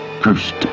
cursed